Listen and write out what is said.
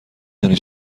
دانی